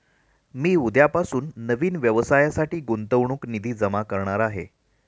मी उद्यापासून नवीन व्यवसायासाठी गुंतवणूक निधी जमा करणार आहे